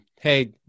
Hey